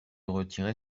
retirer